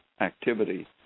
activity